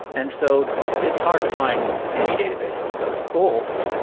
and so it's hard to find any database that does both,